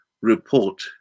report